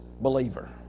believer